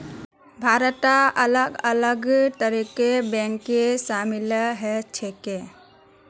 भारतत अलग अलग तरहर बैंक शामिल ह छेक